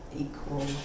equal